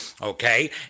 Okay